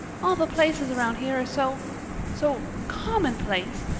all the places around here are so so commonplace.